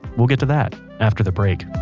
we'll get to that after the break